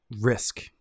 risk